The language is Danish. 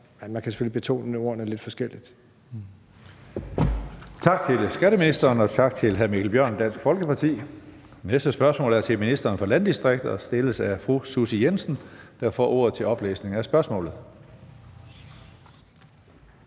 man kan selvfølgelig betone ordene lidt forskelligt